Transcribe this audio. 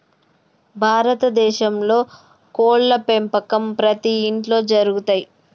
భారత దేశంలో కోడ్ల పెంపకం ప్రతి ఇంట్లో జరుగుతయ్